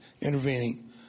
intervening